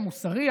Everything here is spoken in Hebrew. המוסרי,